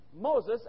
Moses